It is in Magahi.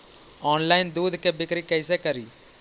ऑनलाइन दुध के बिक्री कैसे करि?